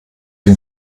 den